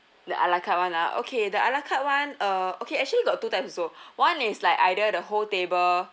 the a la carte [one] ah okay the a la carte [one] uh okay actually we got two types also one it's like either the whole table